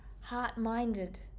heart-minded